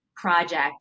project